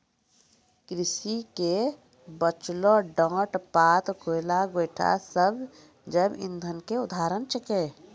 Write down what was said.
कृषि के बचलो डांट पात, कोयला, गोयठा सब जैव इंधन के उदाहरण छेकै